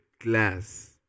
glass